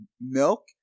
milk